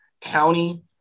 county